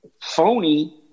phony